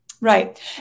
Right